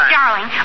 Darling